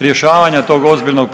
rješavanja tog ozbiljnog